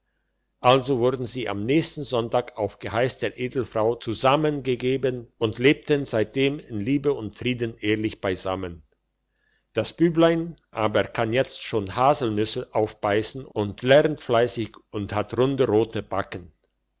also wurden sie am nächsten sonntag auf geheiss der edelfrau zusammengegeben und lebten seitdem in liebe und frieden ehelich beisammen das büblein aber kann jetzt schon haselnüsse aufbeissen und lernt fleissig und hat runde rote backen